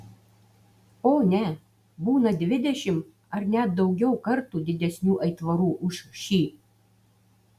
o ne būna dvidešimt ar net daugiau kartų didesnių aitvarų už šį